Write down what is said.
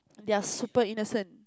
they're super innocent